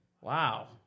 Wow